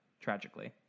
tragically